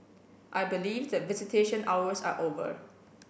I believe that visitation hours are over